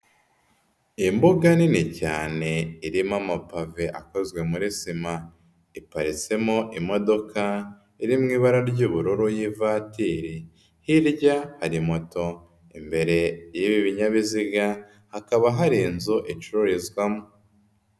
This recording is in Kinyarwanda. Imbuga nini cyane irimo amapave akozwe muri sima, iparitsemo imodoka iri mu ibara ry'ubururu y'ivatiri. Hirya hari moto, imbere y'ibi binyabiziga hakaba hari inzu icururizwamo.